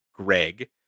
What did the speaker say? Greg